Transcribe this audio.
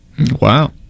wow